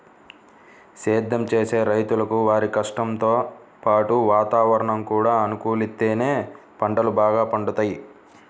సేద్దెం చేసే రైతులకు వారి కష్టంతో పాటు వాతావరణం కూడా అనుకూలిత్తేనే పంటలు బాగా పండుతయ్